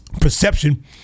Perception